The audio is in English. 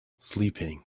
sleeping